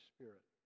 Spirit